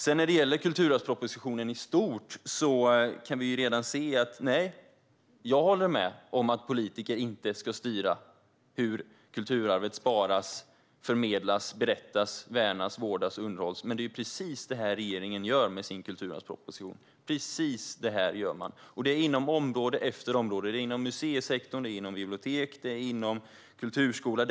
Sedan när det gäller kulturarvspropositionen i stort så håller jag med om att politiker inte ska styra hur kulturarvet sparas, förmedlas, berättas, värnas, vårdas och underhålls. Men det är precis det regeringen gör genom sin kulturarvsproposition. Det sker inom område efter område. Det är inom museisektorn, inom biblioteken och kulturskolan.